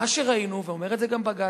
מה שראינו, ואומר את זה גם בג"ץ,